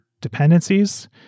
dependencies